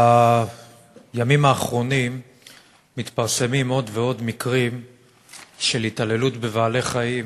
בימים האחרונים מתפרסמים עוד ועוד מקרים של התעללות בבעלי-חיים